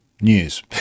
news